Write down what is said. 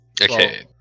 Okay